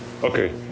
Okay